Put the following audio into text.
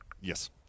Yes